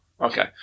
Okay